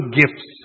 gifts